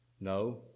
No